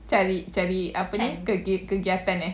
cari cari apa kegiatan eh